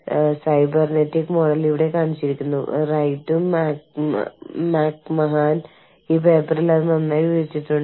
നിങ്ങളുടെ സ്വന്തം ചുറ്റുപാടിൽ നിന്ന് വന്ന് ഓർഗനൈസേഷന്റെ തലവനാകാൻ നിങ്ങൾക്ക് ആരെങ്കിലും ആവശ്യമാണ്